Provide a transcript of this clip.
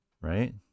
right